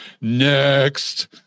Next